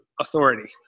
authority